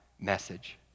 message